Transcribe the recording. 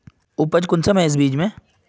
उपज कुंसम है इस बीज में?